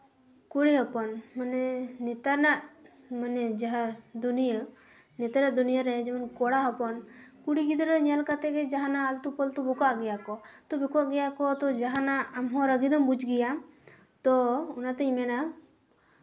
ᱠᱩᱲᱤ ᱦᱚᱯᱚᱱ ᱢᱟᱱᱮ ᱱᱮᱛᱟᱨᱟᱜ ᱢᱟᱱᱮ ᱡᱟᱦᱟᱸ ᱫᱩᱱᱭᱟᱹ ᱱᱮᱛᱟᱨᱟᱜ ᱫᱩᱱᱭᱟᱹᱨᱮ ᱡᱮᱢᱚᱱ ᱠᱚᱲᱟ ᱦᱚᱯᱚᱱ ᱠᱩᱲᱤ ᱜᱤᱫᱽᱨᱟᱹ ᱧᱮᱞ ᱠᱟᱛᱮ ᱜᱮ ᱡᱟᱦᱟᱱᱟᱜ ᱟᱹᱞᱛᱩ ᱯᱷᱟᱞᱛᱩ ᱵᱚᱠᱟᱜ ᱜᱮᱭᱟᱠᱚ ᱛ ᱵᱚᱠᱟᱜ ᱜᱮᱭᱟᱠᱚ ᱛᱚ ᱡᱟᱦᱟᱱᱟᱜ ᱟᱢᱦᱚᱸ ᱨᱟᱹᱜᱤ ᱫᱚᱢ ᱵᱩᱡᱽ ᱜᱮᱭᱟ ᱛᱚ ᱚᱱᱟᱛᱮᱧ ᱢᱮᱱᱟ